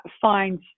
find